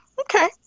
okay